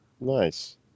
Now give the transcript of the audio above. Nice